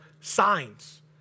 signs